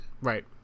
Right